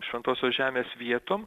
šventosios žemės vietom